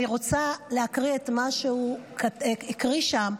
אני רוצה להקריא את מה שהקריא שם,